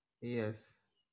yes